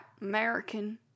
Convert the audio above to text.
American